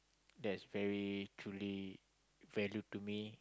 that's very truly value to me